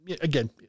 Again